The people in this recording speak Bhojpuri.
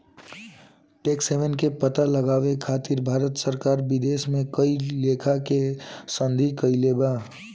टैक्स हेवन के पता लगावे खातिर भारत सरकार विदेशों में कई लेखा के संधि कईले बा